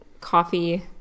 coffee